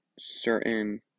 certain